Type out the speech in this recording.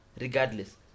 regardless